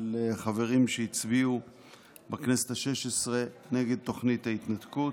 חברים שהצביעו בכנסת השש-עשרה נגד תוכנית ההתנתקות,